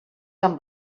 amb